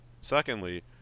Secondly